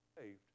saved